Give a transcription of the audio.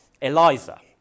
Eliza